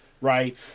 Right